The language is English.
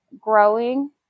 growing